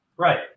Right